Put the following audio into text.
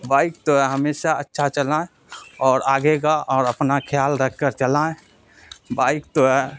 bike تو ہمیشہ اچھا چلائیں اور آگے کا اور اپنا خیال رکھ کر چلائیں بائک تو